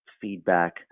feedback